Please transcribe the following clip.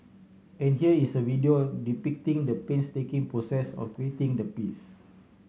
and here is a video depicting the painstaking process of creating the piece